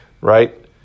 right